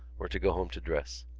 were to go home to dress.